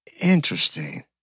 Interesting